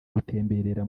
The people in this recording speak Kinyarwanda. gutemberera